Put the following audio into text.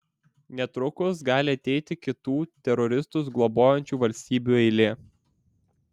netrukus gali ateiti kitų teroristus globojančių valstybių eilė